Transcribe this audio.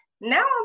now